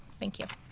thank you.